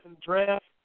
draft